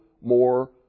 more